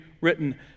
written